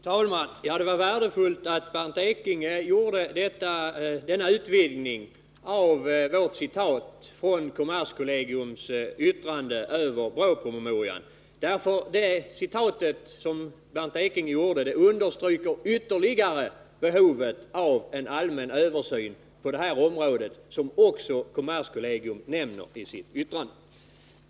Fru talman! Det var värdefullt att Bernt Ekinge gjorde denna utvidgning av vårt citat ur kommerskollegiums yttrande över BRÅ-promemorian. Det citat som Bernt Ekinge gjorde understryker ytterligare behovet av en allmän översyn på det här området, vilket också kommerskollegium säger i sitt yttrande.